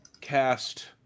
cast